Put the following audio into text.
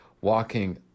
walking